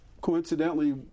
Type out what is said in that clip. coincidentally